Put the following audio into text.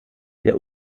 der